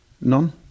none